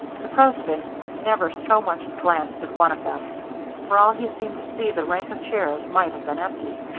the president never so much as glanced at one of them for all he seemed to see the rank of chairs might have been empty.